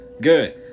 good